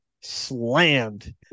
slammed